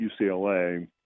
UCLA